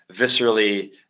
viscerally